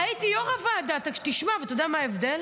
הייתי יו"ר הוועדה, תשמע, ואתה יודע מה ההבדל?